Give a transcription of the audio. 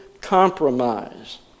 compromise